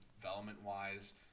development-wise